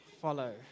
Follow